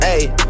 Ayy